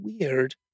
weird